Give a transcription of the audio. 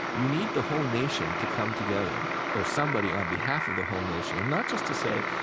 you need the whole nation to come together or somebody on behalf of the whole nation, and not just to say,